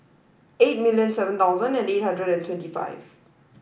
eight million seven thousand and eight hundred and twenty five